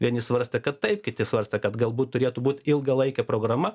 vieni svarstė kad taip kiti svarstė kad galbūt turėtų būt ilgalaikė programa